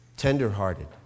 tenderhearted